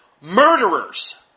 murderers